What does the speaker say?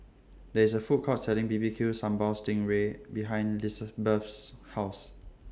There IS A Food Court Selling B B Q Sambal Sting Ray behind Lisbeth's House